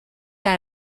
got